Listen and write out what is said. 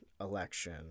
election